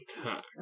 Attack